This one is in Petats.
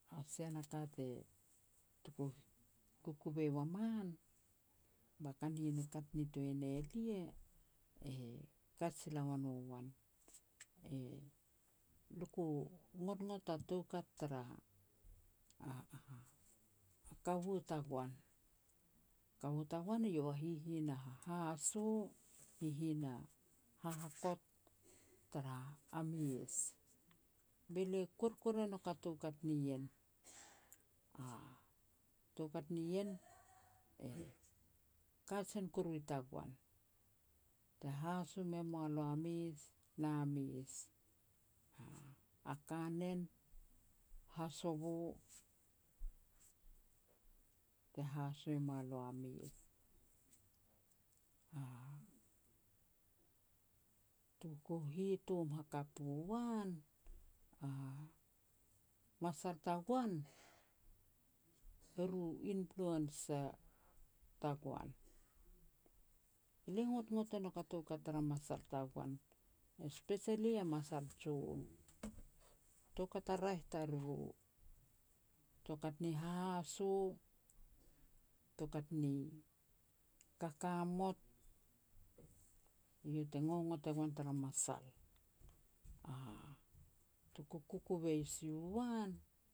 Ha sia na ka te tuku kukuvei ua man ba ka nien e kat nitoa e ne lia, e kat sila ua no wan. E luku gnotgnot a toukat tara a-a kaua tagoan. Kaua tagoan eiau a hihin a hahaso, hihin hahakot tara mes. Be lia kuer kuer e ngok a toukat nien. A toukat nien e kajen kuru i tagoan, te haso me mua lo a mes na mes, a kanen, hasovo, te haso e mua lo a mes. Tuku hitom hakap u an, a masal tagoan, eru influencer tagoan. Lia ngotngot e nouk a toukat tara masal tagoan, especially a masal jon, toukat a raeh tariru, toukat ni hahaso, toukat ni kakamot, iau te ngongot e goan tara masal. Tuku kukuvei si u an